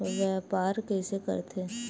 व्यापार कइसे करथे?